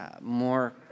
more